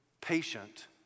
patient